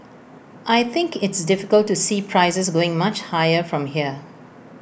I think it's difficult to see prices going much higher from here